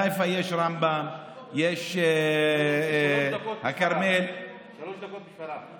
בחיפה יש רמב"ם, יש הכרמל, זה שלוש דקות משפרעם.